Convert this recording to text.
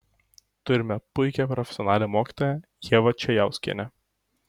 turime puikią profesionalią mokytoją ievą čejauskienę